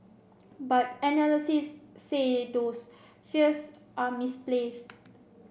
but analysts say those fears are misplaced